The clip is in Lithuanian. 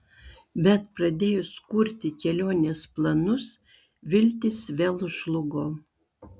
bet pradėjus kurti kelionės planus viltys vėl žlugo